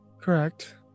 Correct